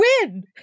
win